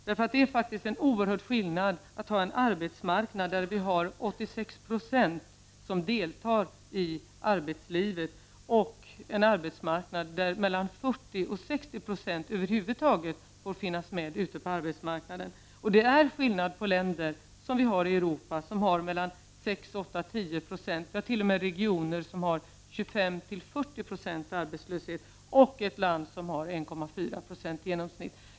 Det är en oerhörd skillnad mellan en arbetsmarknad där 86 26 av befolkningen deltar i arbetslivet och en arbetsmarknad där endast mellan 40 och 60 96 får finnas med ute på arbetsmarknaden. Det är skillnad på å ena sidan länder i Europa med en arbetslöshet på mellan 6 och 10 96 — ja, det finns t.o.m. regioner med en arbetslöshet på 25 40 90 — och å andra sidan ett land som har 1,4 96 i genomsnitt.